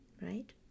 Right